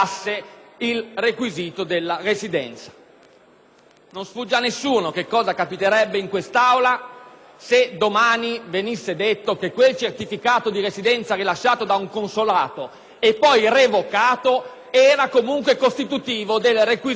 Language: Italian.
Non sfugge a nessuno che cosa capiterebbe in quest'Aula se domani venisse detto che quel certificato di residenza, rilasciato da un consolato e poi revocato, era comunque costitutivo del requisito necessario per la partecipazione alle elezioni nella circoscrizione Estero: